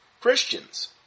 Christians